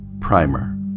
Primer